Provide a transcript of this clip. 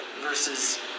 versus